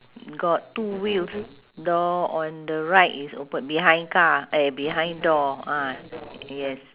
got two wheels door on the right is open behind car eh behind door ah yes